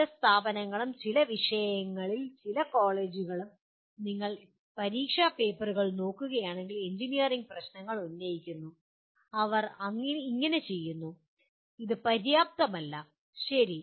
ചില സ്ഥാപനങ്ങളും ചില വിഷയങ്ങളിൽ ചില കോളേജുകളും നിങ്ങൾ പരീക്ഷ പേപ്പറുകളിൽ നോക്കുകയാണെങ്കിൽ എഞ്ചിനീയറിംഗ് പ്രശ്നങ്ങൾ ഉന്നയിക്കുന്നു അവർ അങ്ങനെ ചെയ്യുന്നു പക്ഷേ ഇത് പര്യാപ്തമല്ല ശരി